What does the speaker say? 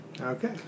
Okay